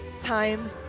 time